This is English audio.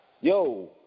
Yo